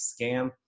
scam